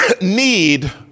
need